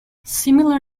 similar